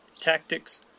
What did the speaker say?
tactics